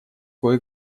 кое